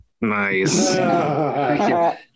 Nice